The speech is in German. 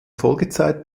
folgezeit